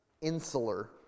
insular